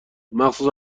مخصوصن